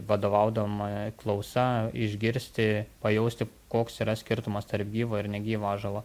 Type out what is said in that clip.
vadovaudama klausa išgirsti pajausti koks yra skirtumas tarp gyvo ir negyvo ąžuolo